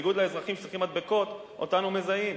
בניגוד לאזרחים, שצריכים מדבקות, אותנו מזהים,